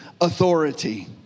authority